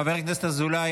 חבר הכנסת אזולאי,